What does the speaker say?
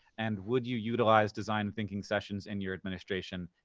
and would you utilize design thinking sessions in your administration,